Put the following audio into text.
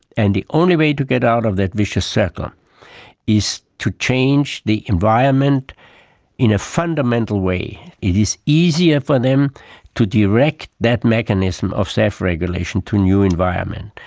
and the only way to get out of that vicious circle is to change the environment in a fundamental way. it is easier for them to direct that mechanism of self-regulation to a new environment.